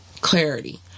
clarity